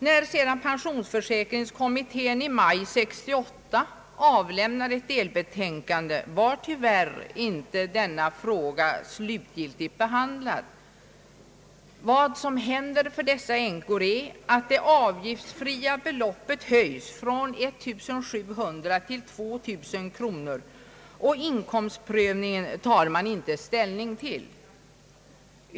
När sedan pensionsförsäkringskommittén i maj 1968 avlämnade ett delbetänkande var tyvärr inte denna fråga slutgiltigt behandlad. Vad som händer för dessa änkor är att det avgiftsfria beloppet höjs från 1700 till 2000 kronor. Inkomstprövningen tar kommittén inte ställning till.